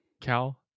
Cal